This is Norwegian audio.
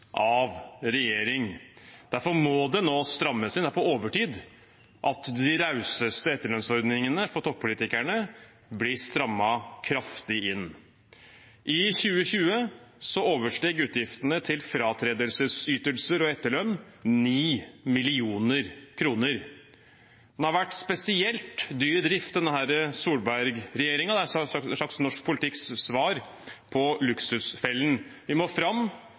regjering. Derfor må det nå strammes inn. Det er på overtid at de rauseste etterlønnsordningene for toppolitikerne blir strammet kraftig inn. I 2020 oversteg utgiftene til fratredelsesytelser og etterlønn 9 mill. kr. Solberg-regjeringen har vært spesielt dyr i drift. Den er et slags norsk politikks svar på Luksusfellen. Vi må fram